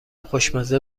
خوشمزه